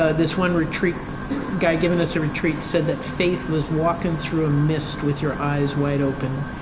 ah this one retreat guy giving us a retreat said that faith was walking through a mist with your eyes wide open.